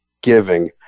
giving